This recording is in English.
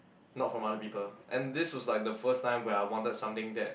not from other people and this was like the first time where I wanted something that